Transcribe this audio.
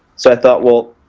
so i thought, well,